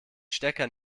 stecker